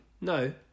No